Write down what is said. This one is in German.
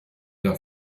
der